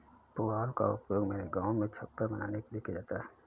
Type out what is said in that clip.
पुआल का उपयोग मेरे गांव में छप्पर बनाने के लिए किया जाता है